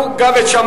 של קבוצת קדימה,